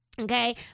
Okay